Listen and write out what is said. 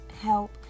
help